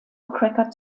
cracker